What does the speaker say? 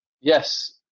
yes